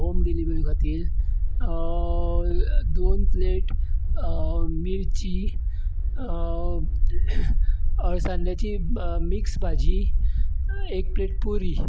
home delivery खातीर दोन plate मिरची अळसांद्याची मिक्स भाजी एक प्लेट पुरी